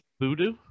Voodoo